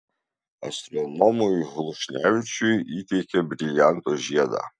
astronomui hlušnevičiui įteikė brilianto žiedą